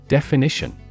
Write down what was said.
Definition